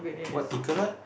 what tickler